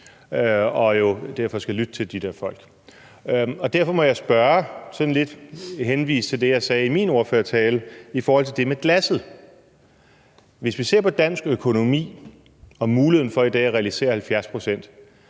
jo derfor skal lytte til de der folk. Derfor må jeg spørge og sådan lidt henvise til det, jeg sagde, i min ordførertale i forhold til det med glasset. Hvis vi ser på dansk økonomi og muligheden for i dag at realisere 70 pct.,